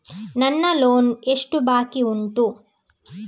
ನನ್ನ ಲೋನ್ ಎಷ್ಟು ಬಾಕಿ ಉಂಟು?